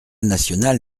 national